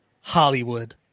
Hollywood